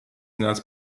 nas